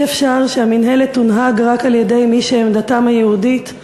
אי-אפשר שהמינהלת תונהג רק על-ידי מי שעמדתם היהודית אורתודוקסית,